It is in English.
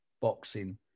boxing